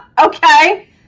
Okay